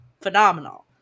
phenomenal